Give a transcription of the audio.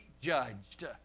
judged